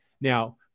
Now